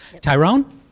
Tyrone